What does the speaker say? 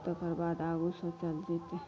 तकरबाद आगु सोचल जेतै